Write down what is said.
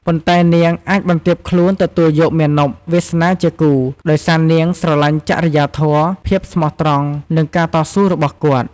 ប៉ុន្ដែនាងអាចបន្ទាបខ្លួនទទួលយកមាណពវាសនាជាគូ ដោយសារនាងស្រឡាញ់ចរិយាធម៌ ភាពស្មោះត្រង់ និងការតស៊ូរបស់គាត់។